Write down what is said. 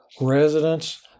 residents